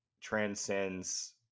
transcends